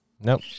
Nope